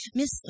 Miss